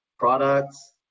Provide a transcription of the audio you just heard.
products